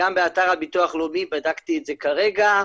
גם באתר הביטוח הלאומי, בדקתי את זה כרגע,